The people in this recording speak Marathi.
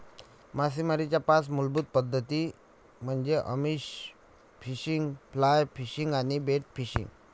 मासेमारीच्या पाच मूलभूत पद्धती म्हणजे आमिष फिशिंग, फ्लाय फिशिंग आणि बेट फिशिंग